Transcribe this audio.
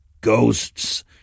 ghosts